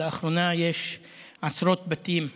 לאחרונה יש עשרות בתים שנהרסים.